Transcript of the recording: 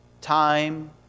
time